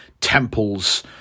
temples